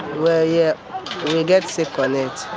well yeah, we get sick on it,